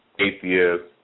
atheist